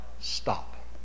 stop